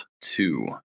two